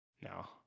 No